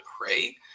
pray